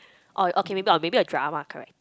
oh okay maybe I'm maybe a drama character